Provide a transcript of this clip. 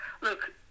Look